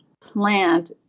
plant